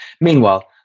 Meanwhile